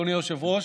אדוני היושב-ראש,